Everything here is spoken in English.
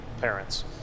parents